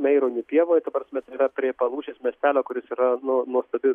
meironių pievoj ta prasme tai yra prie palūšės miestelio kuris yra nu nuostabi